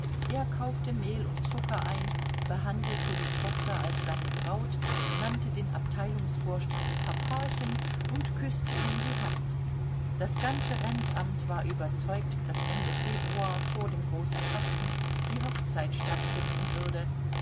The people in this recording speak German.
er kaufte mehl und zucker ein behandelte die tochter als seine braut nannte den abteilungsvorstand papachen und küßte ihm die hand das ganze rentamt war überzeugt daß ende februar vor dem großen fasten die hochzeit stattfinden würde